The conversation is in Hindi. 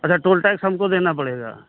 अच्छा टोल टैक्स हमको देना पड़ेगा